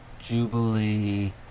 Jubilee